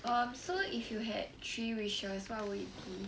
um so if you had three wishes what would it be